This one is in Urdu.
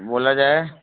بولا جائے